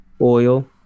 oil